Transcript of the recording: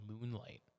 Moonlight